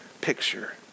picture